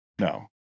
No